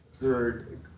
heard